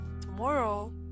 tomorrow